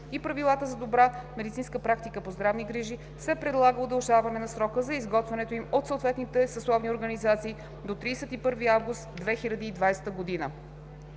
и правилата за добра медицинска практика по здравни грижи, се предлага удължаване на срока за изготвянето им от съответните съсловни организации до 31 август 2020 г.